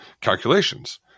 calculations